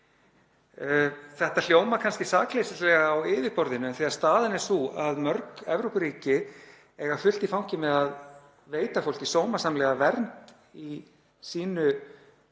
Þetta hljómar kannski sakleysislega á yfirborðinu en staðan er sú að mörg Evrópuríki eiga fullt í fangi með að veita fólki sómasamlega vernd í sínu